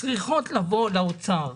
צריכות לבוא לאוצר,